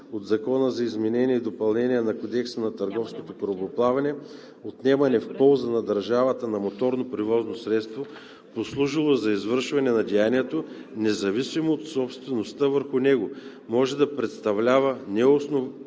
от Закона за изменение и допълнение на Кодекса на търговското корабоплаване отнемане в полза на държавата на моторното превозно средство, послужило за извършване на деянието, независимо от собствеността върху него, може да представлява необосновано